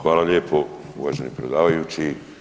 Hvala lijepo uvaženi predsjedavajući.